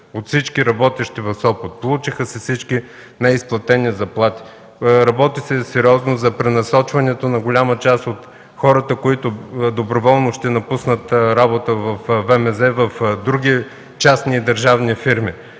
от всички работещи в Сопот. Получиха се всички неизплатени заплати. Работи се сериозно за пренасочване на голяма част от хората, които доброволно ще напуснат работа от ВМЗ, в други частни и държавни фирми.